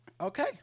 Okay